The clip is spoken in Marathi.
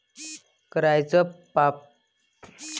कराच पात्रता मायती करासाठी मले कोनाले भेटा लागन?